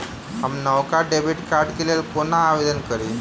हम नवका डेबिट कार्डक लेल कोना आवेदन करी?